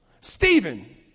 Stephen